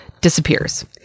disappears